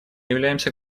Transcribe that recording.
являемся